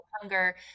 hunger